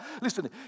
Listen